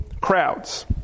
crowds